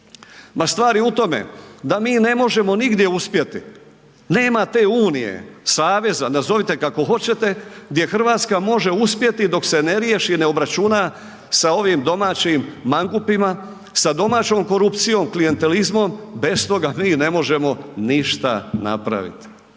Ma stvar je u tome da mi ne možemo nigdje uspjeti, nema te unije, saveza, nazovite kako hoćete gdje Hrvatska može uspjeti dok se ne riješi, ne obračuna sa ovim domaćim mangupima, sa domaćom korupcijom, klijentelizmom, bez toga mi ne možemo ništa napraviti.